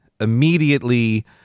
immediately